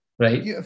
Right